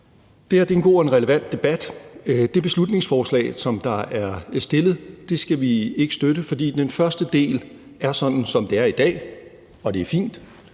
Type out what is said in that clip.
Det her er en god og en relevant debat. Det beslutningsforslag, som er fremsat, skal vi ikke støtte, for den første del er sådan, som det er i dag, og det er fint.